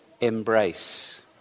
embrace